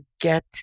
get